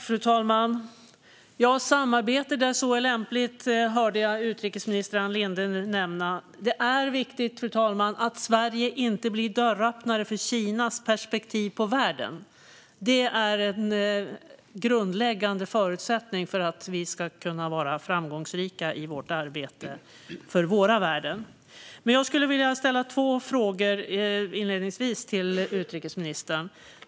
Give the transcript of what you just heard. Fru talman! Samarbete där så är lämpligt, hörde jag utrikesminister Ann Linde nämna. Det är viktigt att Sverige inte blir dörröppnare för Kinas perspektiv på världen. Det är en grundläggande förutsättning för att vi ska vara framgångsrika i vårt arbete för våra värden. Jag skulle inledningsvis vilja ställa två frågor till utrikesministern.